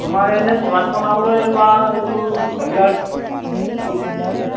তোমাৰ এনেই চেলাদ বনাবলৈ বা এইটো হেৰিয়াৰ